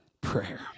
prayer